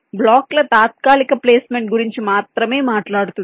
బ్లాకుల తాత్కాలిక ప్లేస్మెంట్ గురించి మాత్రమే మాట్లాడుతుంది